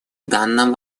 данном